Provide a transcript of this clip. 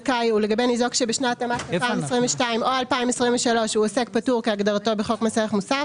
ניזוק שבשנת המס 2022 או 2023 הוא עוסק פטור כהגדרתו בחוק מס ערך מוסף,